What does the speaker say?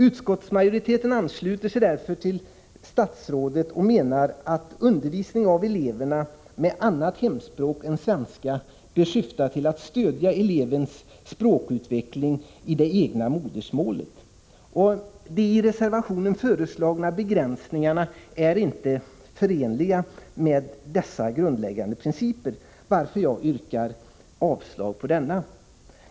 Utskottsmajoriteten ansluter sig till föredragande statsrådet och menar att undervisning av elever med annat hemspråk än svenska bör syfta till att stödja elevens språkutveckling i det egna modersmålet. De i reservationen föreslagna begränsningarna är inte förenliga med dessa grundläggande principer, varför jag yrkar avslag på reservationen.